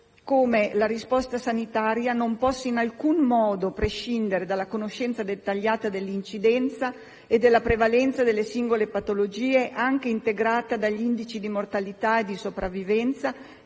come la risposta sanitaria non possa in alcun modo prescindere dalla conoscenza dettagliata dell'incidenza e della prevalenza delle singole patologie, anche integrata dagli indici di mortalità e di sopravvivenza